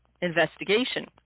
investigation